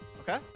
Okay